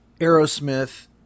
Aerosmith